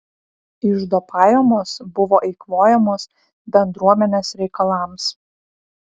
iždo pajamos buvo eikvojamos bendruomenės reikalams